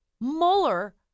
Mueller